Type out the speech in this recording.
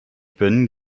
bin